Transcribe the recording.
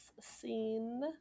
scene